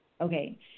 Okay